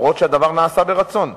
אף שהדבר נעשה מרצון,